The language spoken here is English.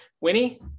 winnie